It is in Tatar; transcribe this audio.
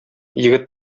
егет